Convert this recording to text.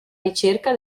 ricerca